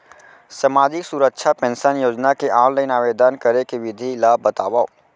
सामाजिक सुरक्षा पेंशन योजना के ऑनलाइन आवेदन करे के विधि ला बतावव